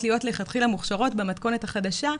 להיות מלכתחילה מוכשרות במתכונת החדשה,